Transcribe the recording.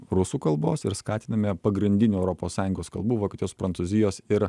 rusų kalbos ir skatiname pagrindinių europos sąjungos kalbų vokietijos prancūzijos ir